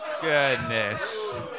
Goodness